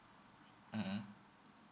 mmhmm